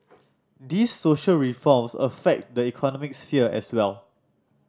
these social reforms affect the economic sphere as well